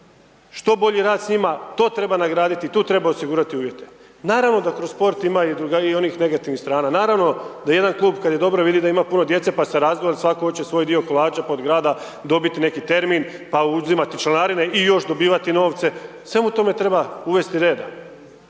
što bolji rad s njima to treba nagraditi i tu treba osigurati uvjete. Naravno da kroz sport ima i onih negativnih strana, naravno da jedan klub kada je dobro vidi da ima puno djece pa se .../Govornik se ne razumije./... svatko hoće svoj dio kolača pa od grada dobiti neki termin, pa uzimati članarine i još dobivati novce, svemu tome treba uvesti reda